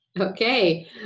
Okay